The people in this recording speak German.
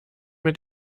mit